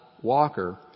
Walker